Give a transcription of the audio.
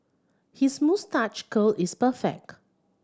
his moustache curl is perfect